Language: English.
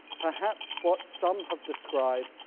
perhaps what some have described,